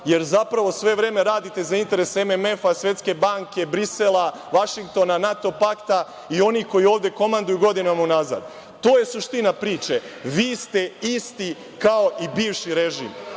jer zapravo sve vreme radite za interese MMF-a, Svetske banke, Brisela, Vašingtona, NATO pakta i onih koji ovde komanduju godinama unazad. To je suština priče. Vi ste isti kao i bivši režim,